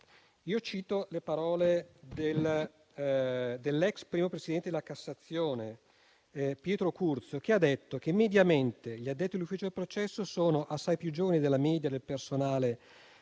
Io cito le parole dell'ex primo presidente della Corte di cassazione Pietro Curzio, che ha detto che mediamente gli addetti all'ufficio del processo sono assai più giovani della media del personale